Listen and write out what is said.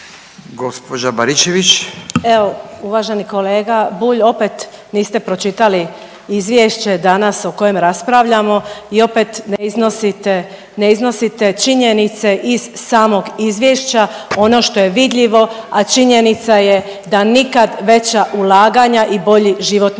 Danica (HDZ)** Evo uvaženi kolega Bulj opet niste pročitali izvješće danas o kojem raspravljamo i opet ne iznosite, ne iznosite činjenice iz samog izvješća, ono što je vidljivo, a činjenica je da nikad veća ulaganja i bolji život na